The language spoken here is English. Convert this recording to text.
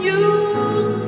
use